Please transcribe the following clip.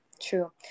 True